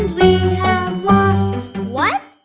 lost what!